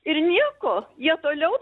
ir nieko jie toliau